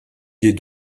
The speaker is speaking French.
liés